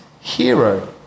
hero